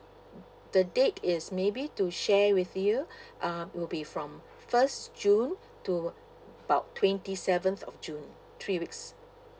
the date is maybe to share with you uh it'll be from first june to about twenty seventh of june three weeks